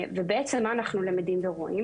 בעצם מה אנחנו למדים ורואים?